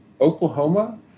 Oklahoma